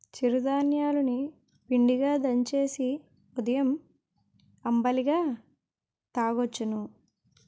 చిరు ధాన్యాలు ని పిండిగా దంచేసి ఉదయం అంబలిగా తాగొచ్చును